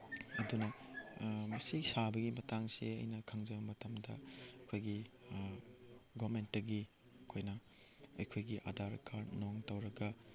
ꯑꯗꯨꯅ ꯃꯁꯤ ꯁꯥꯕꯒꯤ ꯃꯇꯥꯡꯁꯦ ꯑꯩꯅ ꯈꯪꯖꯕ ꯃꯇꯝꯗ ꯑꯩꯈꯣꯏꯒꯤ ꯒꯣꯕꯔꯃꯦꯟꯇꯒꯤ ꯑꯩꯈꯣꯏꯅ ꯑꯩꯈꯣꯏꯒꯤ ꯑꯙꯥꯔ ꯀꯥꯔꯠꯅꯨꯡ ꯇꯧꯔꯒ